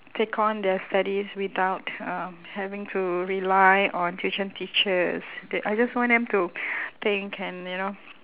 take on their studies without uh having to rely on tuition teachers they I just want them to think and you know